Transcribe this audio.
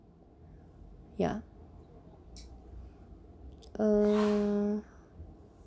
ya err